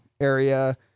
area